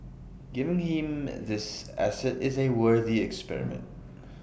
giving him these assets is A worthy experiment